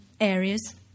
areas